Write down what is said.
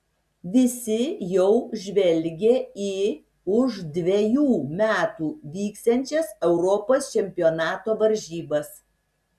visi jau žvelgia į už dvejų metų vyksiančias europos čempionato varžybas